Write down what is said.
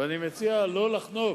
ואני מציע לא לחנוק